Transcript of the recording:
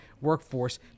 workforce